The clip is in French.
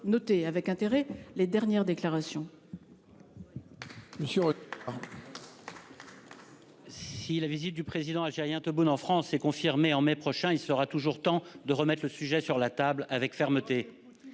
noté avec intérêt les dernières déclarations.